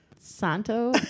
Santo